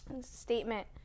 statement